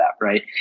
right